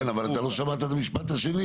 כן, אבל אתה לא שמעת את המשפט השני.